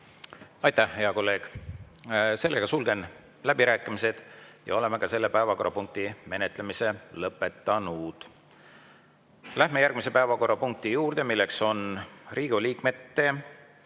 Aitäh, hea kolleeg! Sulgen läbirääkimised ja oleme ka selle päevakorrapunkti menetlemise lõpetanud. Läheme järgmise päevakorrapunkti juurde. See on Riigikogu liikmete